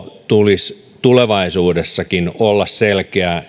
tulisi tulevaisuudessakin olla selkeä